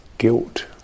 guilt